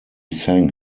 sang